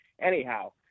Anyhow